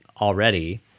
already